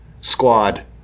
squad